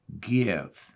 give